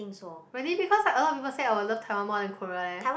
really because like a lot of people say that I will love Taiwan more than Korea leh